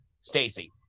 Stacy